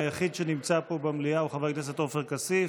היחיד שנמצא פה במליאה הוא חבר הכנסת עופר כסיף.